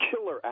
killer